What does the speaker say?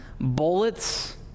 bullets